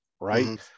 right